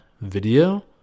video